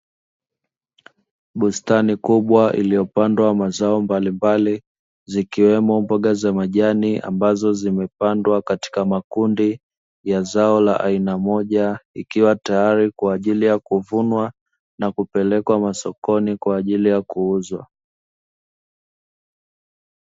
Bustani kubwa iliyopandwa mazao mbalimbali, zikiwemo mboga za majani ambazo zimepandwa katika makundi ya zao la aina moja, ikiwa tayari kwa ajili ya kuvunwa na kupelekwa masokoni kwa ajili ya kuuzwa.